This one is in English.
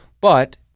But-